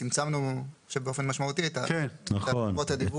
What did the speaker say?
צמצמנו באופן משמעותי את חובות הדיווח.